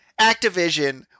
Activision